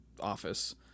office